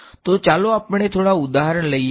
તો ચાલો આપણે થોડા ઉદાહરણો લઈએ